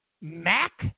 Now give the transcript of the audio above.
Mac